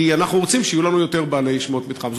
כי אנחנו רוצים שיהיו לנו יותר בעלי שמות מתחם.